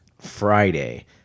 Friday